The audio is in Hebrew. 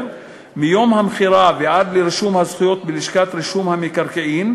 מיום המכירה ועד לרישום הזכויות בלשכת רישום המקרקעין,